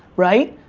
right.